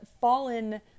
fallen